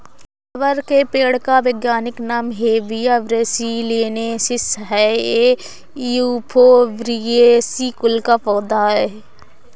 rubber के पेड़ का वैज्ञानिक नाम हेविया ब्रासिलिनेसिस है ये युफोर्बिएसी कुल का पौधा है